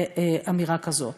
באמירה כזאת: